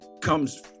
comes